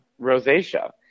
rosacea